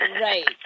Right